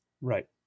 right